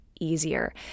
easier